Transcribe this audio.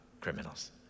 criminals